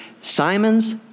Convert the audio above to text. Simon's